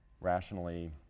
rationally